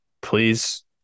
please